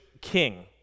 king